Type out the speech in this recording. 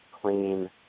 clean